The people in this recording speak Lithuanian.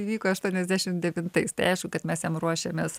įvyko aštuoniasdešim devintais tai aišku kad mes jam ruošėmės